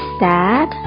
sad